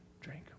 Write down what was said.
drink